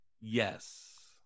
Yes